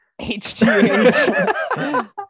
HTH